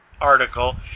article